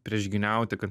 priešgyniauti kad